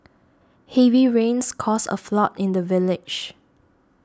heavy rains caused a flood in the village